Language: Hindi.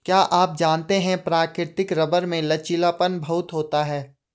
क्या आप जानते है प्राकृतिक रबर में लचीलापन बहुत होता है?